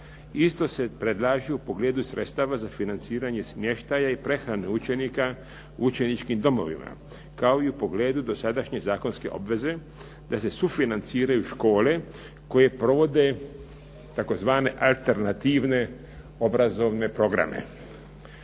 Isto se predlaže u pogledu sredstava za financiranje smještaja i prehrane učenika u učeničkim domovima kao i u pogledu dosadašnje zakonske obveze da se sufinanciraju škole koje provode tzv. alternativne obrazovne programe.